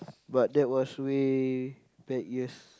but that was way back years